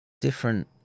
different